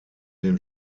den